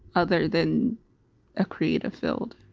other than a creative field.